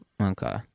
Okay